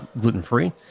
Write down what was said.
gluten-free